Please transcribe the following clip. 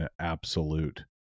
absolute